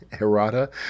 errata